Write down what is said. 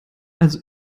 also